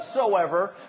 whatsoever